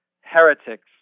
heretics